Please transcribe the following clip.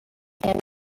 and